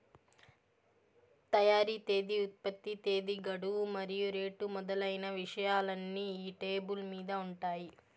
తయారీ తేదీ ఉత్పత్తి తేదీ గడువు మరియు రేటు మొదలైన విషయాలన్నీ ఈ లేబుల్ మీద ఉంటాయి